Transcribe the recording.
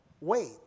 wait